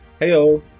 Heyo